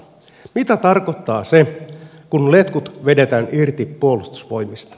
mitä tarkoittaa se kun letkut vedetään irti puolustusvoimista